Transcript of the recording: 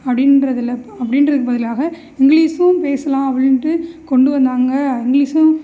அப்படின்றதில்ல அப்படின்றது பதிலாக இங்கிலீஸும் பேசலாம் அப்படின்ட்டு கொண்டு வந்தாங்க இங்கிலீஸும்